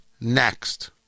next